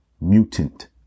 Mutant